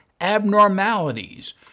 abnormalities